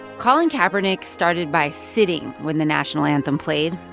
colin kaepernick started by sitting when the national anthem played.